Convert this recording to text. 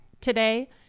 today